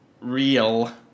real